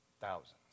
thousands